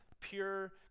pure